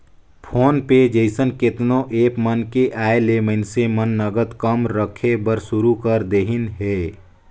phone पे जइसन केतनो app मन के आयले मइनसे मन नगद कम रखे बर सुरू कर देहिन हे